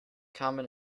common